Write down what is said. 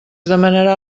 demanarà